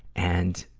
and,